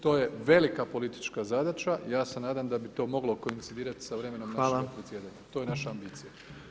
To je velika politička zadaća, ja se nadam da bi to moglo koincidirati sa vremenom [[Upadica: Hvala.]] našega predsjedanja to je naša ambicija.